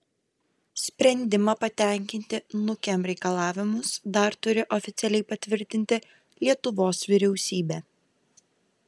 sprendimą patenkinti nukem reikalavimus dar turi oficialiai patvirtinti lietuvos vyriausybė